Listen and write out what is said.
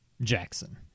Jackson